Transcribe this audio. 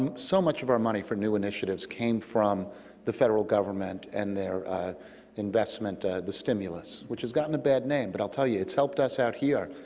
um so much of our money for new initiatives came from the federal government and their investment, the stimulus, which has gotten a bad name, but i'll tell you, it's helped us out here.